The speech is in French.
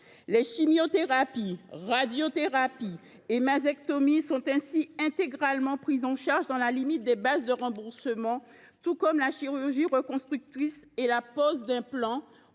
Les chimiothérapies, radiothérapies et mastectomies sont ainsi intégralement prises en charge dans la limite des bases de remboursement, tout comme la chirurgie reconstructrice et la pose d’implants